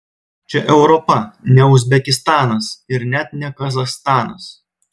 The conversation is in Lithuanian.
čia europa ne uzbekistanas ir net ne kazachstanas